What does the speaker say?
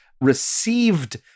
received